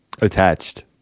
attached